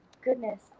Goodness